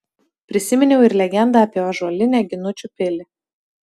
prisiminiau ir legendą apie ąžuolinę ginučių pilį